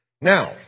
Now